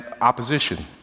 opposition